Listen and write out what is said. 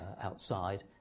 outside